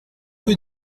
rue